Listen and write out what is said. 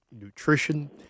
nutrition